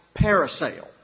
parasail